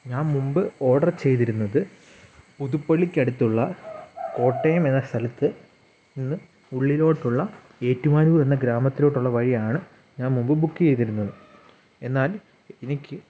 ഞാൻ മുൻപ് ഓഡർ ചെയ്തിരുന്നത് പുതുപ്പള്ളിക്കടുത്തുള്ള കോട്ടയം എന്ന സ്ഥലത്തു നിന്ന് ഉള്ളിലോട്ടുള്ള ഏറ്റുമാനൂർ എന്ന ഗ്രാമത്തിലോട്ടുള്ള വഴിയാണ് ഞാൻ മുൻപ് ബുക്ക് ചെയ്തിരുന്നത് എന്നാൽ എനിക്ക്